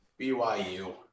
BYU